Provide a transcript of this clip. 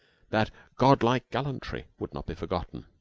that god-like gallantry would not be forgotten.